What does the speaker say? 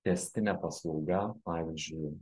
tęstinė paslauga pavyzdžiui